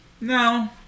No